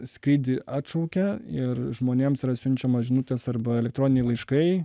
skrydį atšaukia ir žmonėms yra siunčiamos žinutės arba elektroniniai laiškai